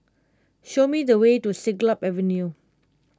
show me the way to Siglap Avenue